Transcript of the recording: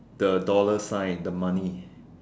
the dollar sign the money